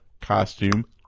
costume